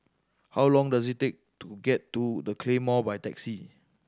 how long does it take to get to The Claymore by taxi